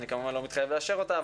אני כמובן לא מתחייב לאשר אותה,